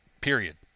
period